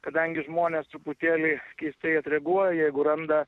kadangi žmonės truputėlį keistai atreaguoja jeigu randa